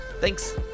thanks